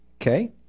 okay